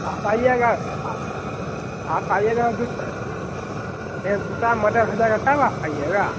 आप आइएगा आ आप आइएगा जो एक दूसरा मडर हो जाएगा तब आप आइएगा